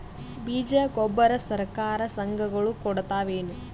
ಬೀಜ ಗೊಬ್ಬರ ಸರಕಾರ, ಸಂಘ ಗಳು ಕೊಡುತಾವೇನು?